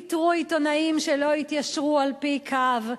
פיטרו עיתונאים שלא התיישרו על-פי קו,